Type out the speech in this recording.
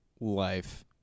life